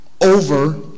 over